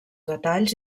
detalls